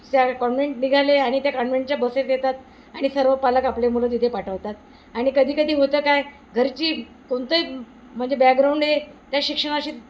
त्या कॉन्वेंट निघाले आणि त्या कॉन्व्हेंटच्या बसेस येतात आणि सर्व पालक आपले मुलं तिथे पाठवतात आणि कधीकधी होतं काय घरची कोणतंही म्हणजे बॅकग्राऊंड हे त्या शिक्षणाशी